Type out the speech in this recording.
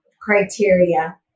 criteria